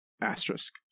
Asterisk